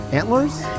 Antlers